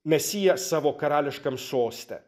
mesiją savo karališkam soste